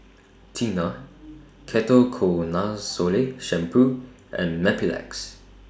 Tena Ketoconazole Shampoo and Mepilex